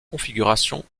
configurations